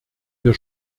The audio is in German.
wir